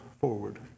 Forward